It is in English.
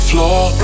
Floor